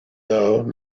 though